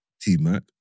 T-Mac